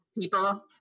people